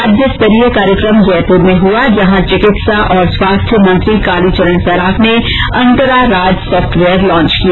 राज्य स्तरीय कार्यक्रम जयपुर में हुआ जहां चिकित्सा और स्वास्थ्य मंत्री कालीचरण सराफ ने अन्तरा राज सॉफ्टवेयर लॉन्च किया